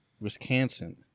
wisconsin